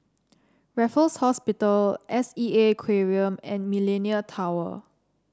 Raffles Hospital S E A Aquarium and Millenia Tower